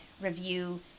review